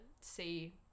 see